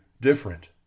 different